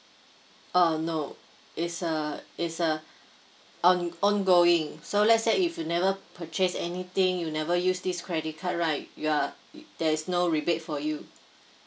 uh no it's uh it's uh on ongoing so let's say if you never purchase anything you never use this credit card right you are there's no rebate for you